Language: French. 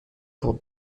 pour